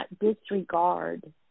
disregard